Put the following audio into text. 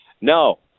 No